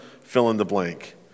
fill-in-the-blank